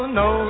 no